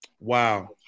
Wow